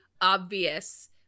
obvious